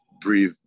breathe